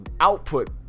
output